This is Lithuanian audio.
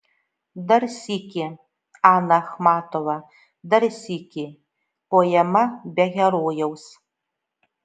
dar sykį ana achmatova dar sykį poema be herojaus